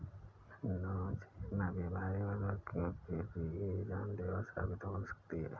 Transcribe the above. Nosema बीमारी मधुमक्खियों के लिए जानलेवा साबित हो सकती है